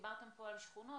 דיברתם פה על שכונות,